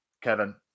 Kevin